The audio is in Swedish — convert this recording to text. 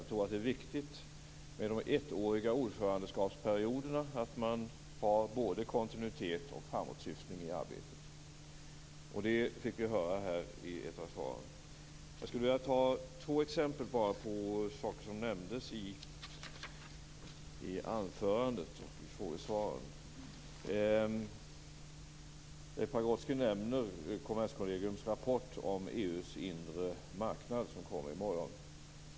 Jag tror att det är viktigt med de ettåriga ordförandskapsperioderna att man har både kontinuitet och framåtsyftning i arbetet. Det fick vi här höra i ett av svaren. Jag skulle vilja ta två exempel på saker som nämndes i anförandet och i frågesvaren. Leif Pagrotsky nämner Kommerskollegiums rapport om EU:s inre marknad som kommer i morgon.